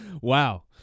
Wow